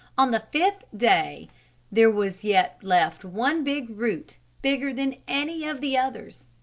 on the fifth day there was yet left one big root, bigger than any of the others.